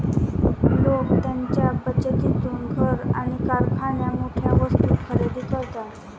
लोक त्यांच्या बचतीतून घर आणि कारसारख्या मोठ्या वस्तू खरेदी करतात